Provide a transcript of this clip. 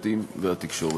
המשפטים והתקשורת.